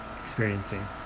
experiencing